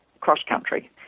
cross-country